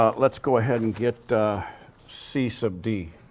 ah let's go ahead and get c sub d.